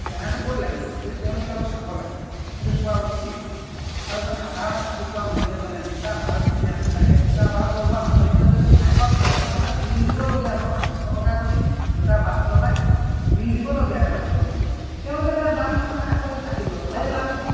কেনাটো ক'ত লাগি আছে সেইটো তেওঁলোকে অলপ চাব লাগে এইটো চোৱা উচিত আৰু এজন সাধাৰণ খাটি খোৱা মানুহ এজনে দুটা বাল্ব যেতিয়া লগায় সেই দুটা বাল্ব লগোৱা মানুহজনে যদি মাহেকত চাৰিশ টকা বিল দিবলগীয়া হয় বা পাঁচশ টকা যদি দুটা বাল্ব জ্বলাই বিল দিবলগীয়া হয় লাইটৰ বিল তেওঁলোকেতো সেই দাম নজনা আকৌ সেই চাকি জ্বলালেই লাভ আছে